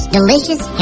delicious